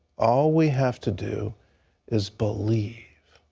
all we have to do is believe.